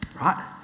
right